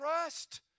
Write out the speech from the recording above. trust